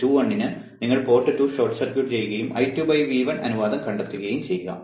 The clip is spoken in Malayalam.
y21 ന് നിങ്ങൾ പോർട്ട് 2 ഷോർട്ട് ചെയ്യുകയും I2 V1 അനുപാതം കണ്ടെത്തുകയും ചെയ്യുക